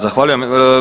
Zahvaljujem.